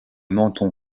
menton